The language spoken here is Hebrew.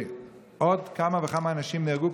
ועוד כמה וכמה אנשים נהרגו.